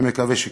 אני מקווה שכן.